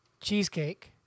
cheesecake